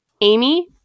amy